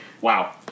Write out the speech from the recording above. Wow